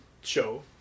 show